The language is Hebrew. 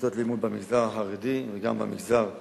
בכיתות לימוד במגזר החרדי וגם במגזר הלא-יהודי.